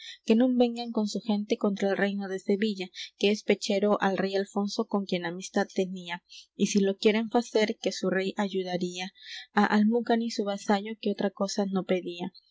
que non vengan con su gente contra el reino de sevilla que es pechero al rey alfonso con quien amistad tenía y si lo quieren facer que su rey ayudaría á almucanis su vasallo que otra cosa no pedía